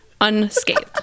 unscathed